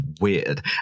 weird